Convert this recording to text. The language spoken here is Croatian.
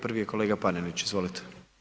Prvi je kolega Panenić, izvolite.